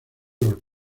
los